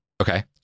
Okay